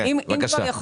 אם כבר,